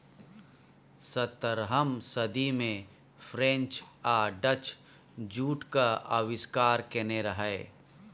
सतरहम सदी मे फ्रेंच आ डच जुटक आविष्कार केने रहय